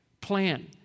plan